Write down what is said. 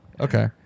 okay